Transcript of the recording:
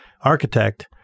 architect